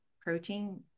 protein